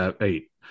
eight